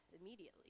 immediately